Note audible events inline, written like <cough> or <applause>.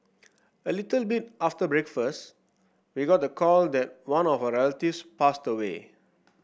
a little bit after breakfast we got the call that one of our <unintelligible> passed away